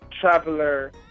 traveler